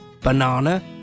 banana